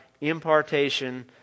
impartation